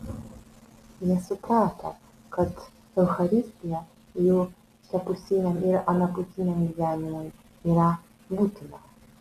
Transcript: jie suprato kad eucharistija jų šiapusiniam ir anapusiniam gyvenimui yra būtina